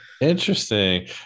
Interesting